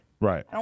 Right